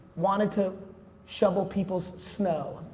wanted to shovel people's snow,